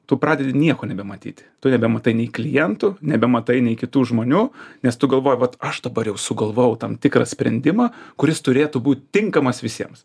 tu pradedi nieko nebematyti tu nebematai nei klientų nebematai nei kitų žmonių nes tu galvoji vat aš dabar jau sugalvojau tam tikrą sprendimą kuris turėtų būt tinkamas visiems